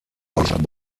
sich